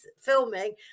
filming